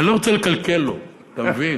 אני לא רוצה לקלקל לו, אתה מבין?